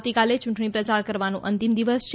આવતીકાલે ચૂંટણી પ્રચાર કરવાનો અંતિમ દિવસ છે